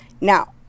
Now